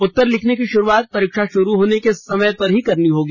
उत्तर लिखने की शुरुआत परीक्षा शुरू होने के समय पर ही करनी होगी